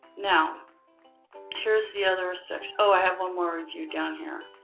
now here's the other section. oh, i have one more review down here.